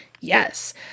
Yes